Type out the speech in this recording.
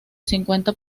cincuenta